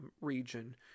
region